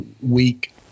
week